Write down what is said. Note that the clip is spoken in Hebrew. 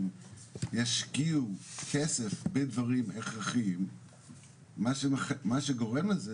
ישקיעו כסף בדברים הכרחיים מה שגורם לזה,